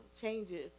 changes